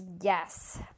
Yes